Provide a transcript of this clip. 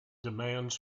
demands